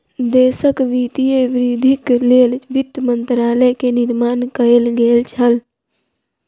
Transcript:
देशक वित्तीय वृद्धिक लेल वित्त मंत्रालय के निर्माण कएल गेल छल